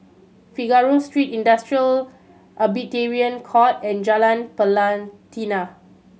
Figaro Street Industrial Arbitration Court and Jalan Pelatina